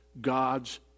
God's